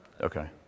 Okay